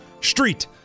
Street